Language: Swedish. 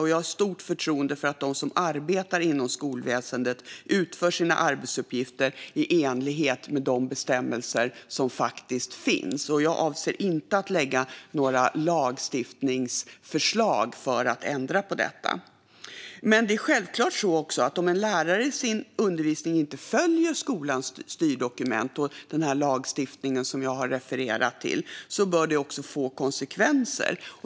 Och jag har stort förtroende för att de som arbetar inom skolväsendet utför sina arbetsuppgifter i enlighet med rådande bestämmelser. Jag avser inte att lägga fram några lagstiftningsförslag för att ändra på detta. Men om en lärare i sin undervisning inte följer skolans styrdokument och den lagstiftning jag har refererat till bör det också få konsekvenser.